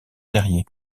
terrier